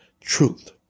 truth